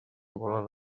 volen